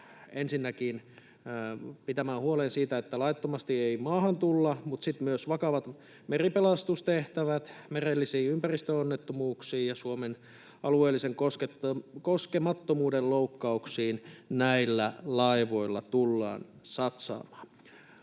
ensinnäkin pitämään huolen siitä, että laittomasti ei maahan tulla, mutta sitten myös vakaviin meripelastustehtäviin, merellisiin ympäristöonnettomuuksiin ja Suomen alueellisen koskemattomuuden loukkauksiin näillä laivoilla tullaan satsaamaan.